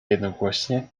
jednogłośnie